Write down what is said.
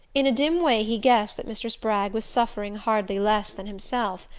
in a dim way he guessed that mr. spragg was suffering hardly less than himself.